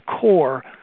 core –